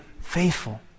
faithful